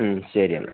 മ്മ് ശരി എന്നാൽ